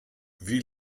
wie